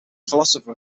philosopher